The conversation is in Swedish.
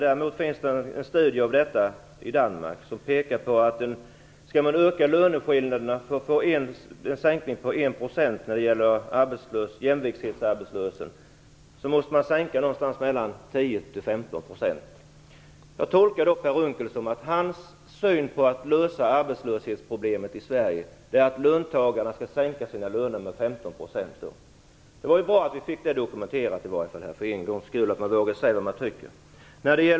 Däremot finns det en studie om detta i Danmark som pekar på att man för att få en sänkning på 1 % av arbetslösheten måste sänka lönerna med mellan 10 och 15 %. Jag tolkar Per Unckel som att hans syn på hur man skall lösa arbetslöshetsproblemet i Sverige är att löntagarna skall sänka sina löner med 15 %. Det var bra att vi fick det dokumenterat och att man för en gångs skull vågar säga vad man tycker.